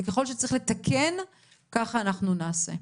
וככל שצריך לתקן כך אנחנו נעשה.